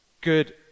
good